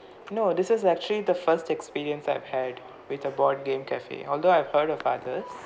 no this is actually the first experience I've had with a board game cafe although I have heard of others